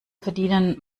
verdienen